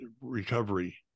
recovery